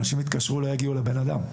אנשים יתקשרו ולא יגיעו לבן האדם.